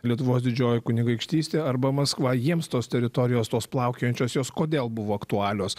lietuvos didžioji kunigaikštystė arba maskva jiems tos teritorijos tos plaukiojančios jos kodėl buvo aktualios